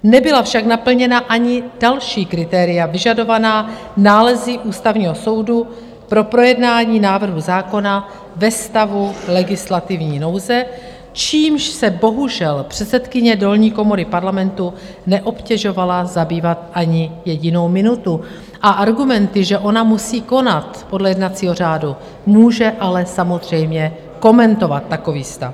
Nebyla však naplněna ani další kritéria vyžadovaná nálezy Ústavního soudu pro projednání návrhu zákona ve stavu legislativní nouze, čímž se bohužel předsedkyně dolní komory Parlamentu neobtěžovala zabývat ani jedinou minutu, a argumenty, že ona musí konat podle jednacího řádu může ale samozřejmě komentovat takový stav.